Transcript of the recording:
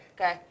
Okay